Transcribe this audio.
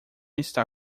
está